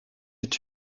est